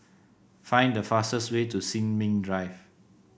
find the fastest way to Sin Ming Drive